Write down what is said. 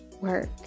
work